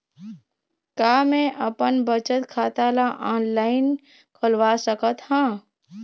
का मैं अपन बचत खाता ला ऑनलाइन खोलवा सकत ह?